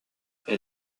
elle